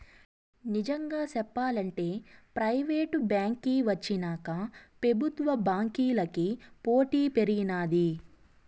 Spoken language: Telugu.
నిజంగా సెప్పాలంటే ప్రైవేటు బాంకీ వచ్చినాక పెబుత్వ బాంకీలకి పోటీ పెరిగినాది